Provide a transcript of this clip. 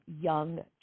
young